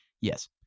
Yes